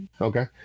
Okay